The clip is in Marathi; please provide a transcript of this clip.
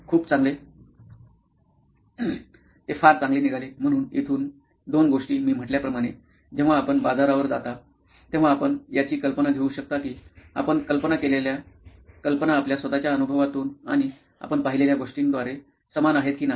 खूप चांगले ते फार चांगले निघाले म्हणून येथून दोन गोष्टी मी म्हटल्या प्रमाणे जेव्हा आपण बाजारावर जाता तेव्हा आपण याची कल्पना घेऊ शकता की आपण कल्पना केलेल्या कल्पना आपल्या स्वतःच्या अनुभवातून आणि आपण पाहिलेल्या गोष्टींद्वारे समान आहेत की नाही